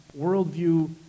worldview